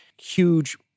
huge